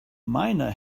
miner